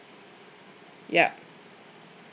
yup